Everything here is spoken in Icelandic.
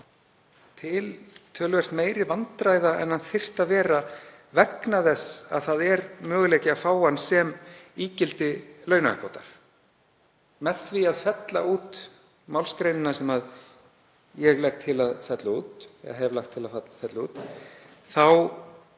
til töluvert meiri vandræða en hann þyrfti að vera vegna þess að það er möguleiki að fá hann sem ígildi launauppbóta. Með því að fella út málsgreinina sem ég hef lagt til að fella út þá